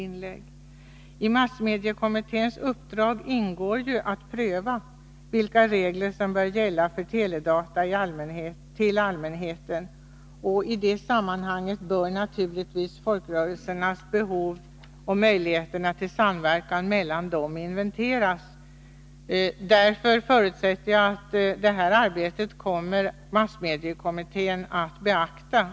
I massmediekommitténs uppdrag ingår ju bl.a. att pröva vilka regler som bör gälla för teledata till allmänheten. I det sammanhanget bör naturligtvis folkrörelsernas behov och möjligheterna till samverkan mellan dem inventeras. Jag förutsätter att massmediekommittén kommer att beakta detta i sitt arbete.